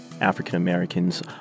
African-Americans